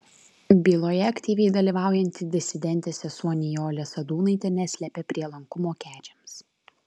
byloje aktyviai dalyvaujanti disidentė sesuo nijolė sadūnaitė neslepia prielankumo kedžiams